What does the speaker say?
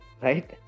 Right